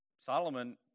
Solomon